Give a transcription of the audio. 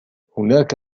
هناك